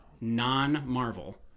Non-Marvel